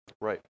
Right